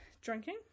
drinking